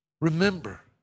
Remember